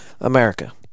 America